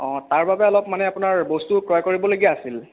অঁ তাৰ বাবে আপোনাৰ অলপ বস্তু ক্ৰয় কৰিবলগীয়া আছিল